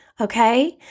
Okay